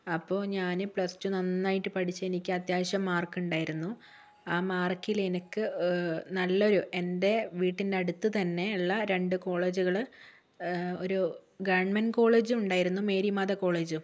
അപ്പൊൾ ഞാൻ plus two നന്നായിട്ട് പഠിച്ച് എനിക്ക് അത്യാവശ്യം മാർക്ക് ഉണ്ടായിരുന്നു ആ മാർക്കിൽ എനിക്ക് നല്ലൊരു എന്റെ വീട്ടിനടുത്ത് തന്നെയുള്ള രണ്ട് കോളേജുകൾ ഒരു ഗവർമെന്റ് കോളേജും ഉണ്ടായിരുന്നു മേരിമാത കോളേജും